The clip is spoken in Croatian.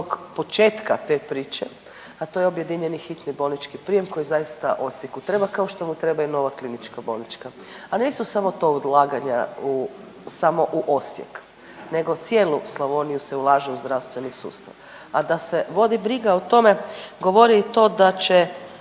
početka te priče, a to je objedinjeni hitni bolnički prijem koji zaista Osijeku treba kao što mu treba i nova klinička bolnička. A nisu samo to ulaganja u samo u Osijek nego cijelu Slavoniju se ulaže u zdravstveni sustav, a da se vodi briga o tome govori i to da će